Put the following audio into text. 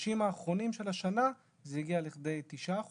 בחודשים האחרונים של השנה זה הגיע לכדי תשעה אחוזים.